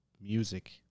music